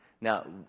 Now